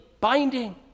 binding